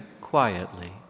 quietly